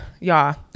Y'all